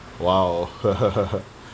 !wow!